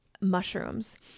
mushrooms